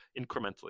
incrementally